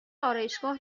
آرایشگاه